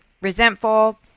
Resentful